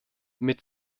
mit